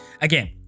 again